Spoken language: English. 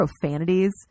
profanities